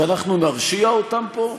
שאנחנו נרשיע אותם פה?